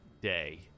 day